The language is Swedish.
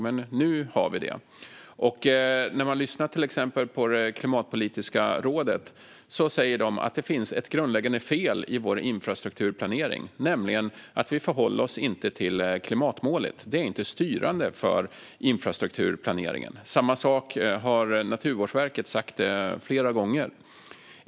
Men nu har vi det. När man lyssnar på till exempel Klimatpolitiska rådet säger de att det finns ett grundläggande fel i vår infrastrukturplanering, nämligen att vi inte förhåller oss till klimatmålet. Det är inte styrande för infrastrukturplaneringen. Samma sak har Naturvårdsverket sagt flera gånger.